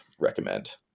recommend